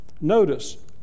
Notice